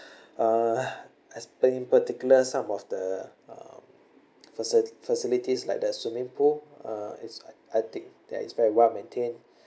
uh explain particular some of the faci~ facilities like the swimming pool uh it's like I think that it's very well maintained